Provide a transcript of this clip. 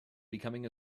becoming